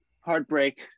heartbreak